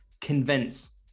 convince